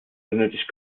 benötigt